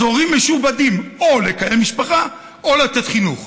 אז ההורים משועבדים, או לקיים משפחה או לתת חינוך.